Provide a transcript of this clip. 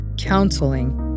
counseling